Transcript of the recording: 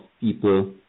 people